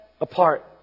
apart